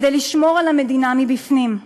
כדי לשמור על המדינה מבפנים.